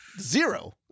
zero